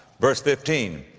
verse fifteen,